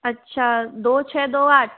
अच्छा दो छह दो आठ